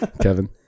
Kevin